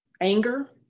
Anger